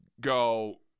go